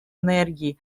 энергии